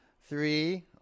Three